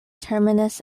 terminus